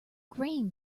grain